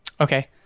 okay